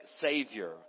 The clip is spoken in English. Savior